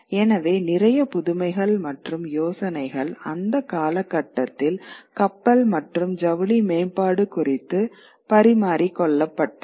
எனவே நிறைய புதுமைகள் மற்றும் யோசனைகள் அந்தக் காலகட்டத்தில் கப்பல் மற்றும் ஜவுளி மேம்பாடு குறித்து பரிமாறிக்கொள்ளப்பட்டன